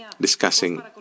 discussing